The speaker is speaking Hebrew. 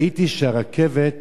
ראיתי שהרכבת